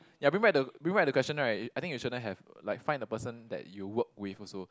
ya bring back the bring back the question right I think you shouldn't have like find the person that you work with also